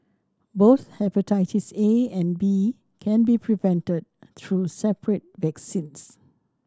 both hepatitis A and B can be prevented through separate vaccines